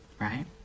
right